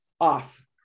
off